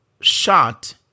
shot